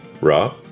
Rob